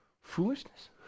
foolishness